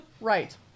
Right